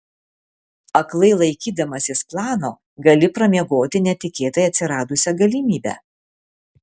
aklai laikydamasis plano gali pramiegoti netikėtai atsiradusią galimybę